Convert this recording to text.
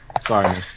Sorry